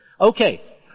Okay